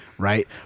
right